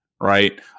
Right